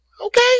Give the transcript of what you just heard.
okay